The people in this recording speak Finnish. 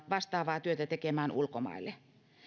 vastaavaa työtä ulkomaille